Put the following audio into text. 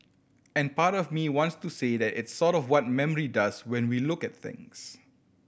and part of me wants to say that it's sort of what memory does when we look at things